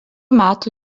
metų